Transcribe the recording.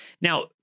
Now